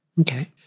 Okay